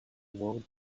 world